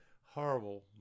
horrible